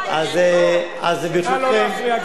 שגם לא נתן אופציה,